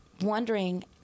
wondering